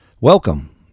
Welcome